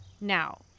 Now